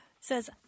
Says